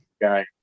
guy